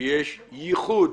שיש ייחוד